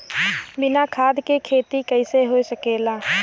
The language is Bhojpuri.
बिना खाद के खेती कइसे हो सकेला?